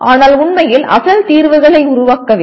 ஆனால் உண்மையில் அசல் தீர்வுகளை உருவாக்கவில்லை